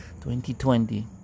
2020